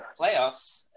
playoffs